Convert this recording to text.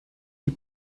die